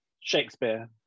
Shakespeare